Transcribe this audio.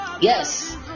yes